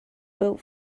built